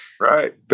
Right